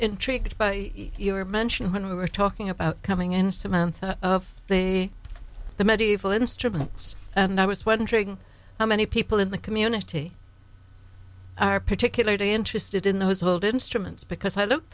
intrigued by your mention when we were talking about coming in samantha of the medieval instruments and i was wondering how many people in the community are particularly interested in those old instruments because i look